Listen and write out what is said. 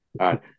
right